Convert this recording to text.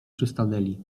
przystanęli